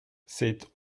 c’est